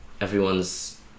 everyone's